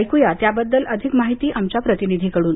ऐकूया त्याबद्दल अधिक माहिती आमच्या प्रतिनिधीकडून